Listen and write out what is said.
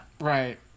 Right